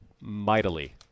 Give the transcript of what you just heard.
mightily